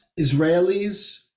Israelis